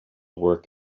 work